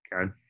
Okay